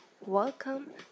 welcome